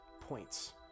points